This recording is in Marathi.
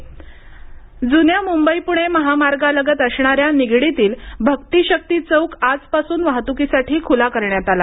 चिंचवड उडडाणपल जुन्या मुंबई पुणे महामार्गालगत असणाऱ्या निगडीतील भक्ती शक्ती चौक आजपासून वाहतुकीसाठी खुला करण्यात आला